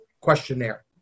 questionnaire